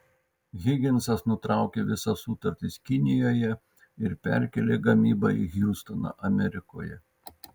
higinsas nutraukė visas sutartis kinijoje ir perkėlė gamybą į hjustoną amerikoje